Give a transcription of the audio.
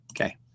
Okay